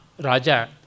Raja